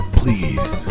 please